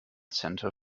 center